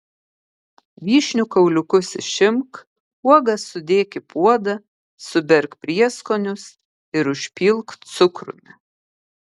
vyšnių kauliukus išimk uogas sudėk į puodą suberk prieskonius ir užpilk cukrumi